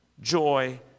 Joy